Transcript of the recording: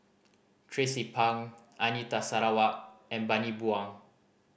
Tracie Pang Anita Sarawak and Bani Buang